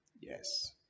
Yes